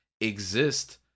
exist